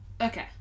Okay